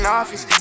office